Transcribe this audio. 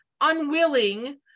unwilling